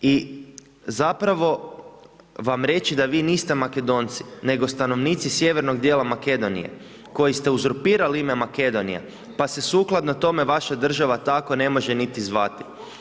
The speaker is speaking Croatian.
I zapravo vam reći da vi niste Makedonci nego stanovnici sjevernog dijela Makedonije koji ste uzurpirali ime Makedonija pa se sukladno tome vaša država tako ne može niti zvati.